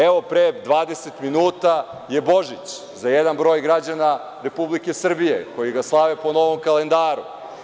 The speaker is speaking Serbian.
Evo pre 20 minuta je Božić za jedan broj građana Republike Srbije, koji ga slave po novom kalendaru.